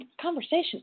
conversation